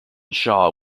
shaw